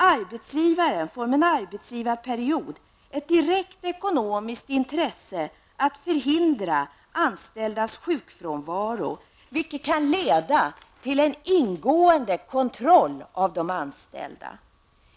Arbetsgivaren får med en arbetsgivarperiod ett direkt ekonomiskt intresse att förhindra anställdas sjukfrånvaro, vilket kan leda till en ingående kontroll av de anställda.